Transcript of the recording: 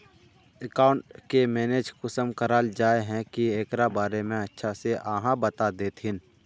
Account के manage कुंसम कराल जाय है की एकरा बारे में अच्छा से आहाँ बता देतहिन?